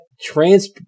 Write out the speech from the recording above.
Trans